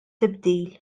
tibdil